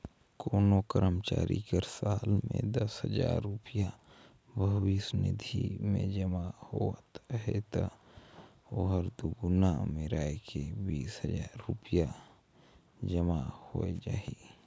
कोनो करमचारी कर साल में दस हजार रूपिया भविस निधि में जमा होवत अहे ता ओहर दुगुना मेराए के बीस हजार रूपिया जमा होए जाही